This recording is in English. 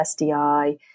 SDI